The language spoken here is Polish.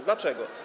Dlaczego?